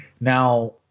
Now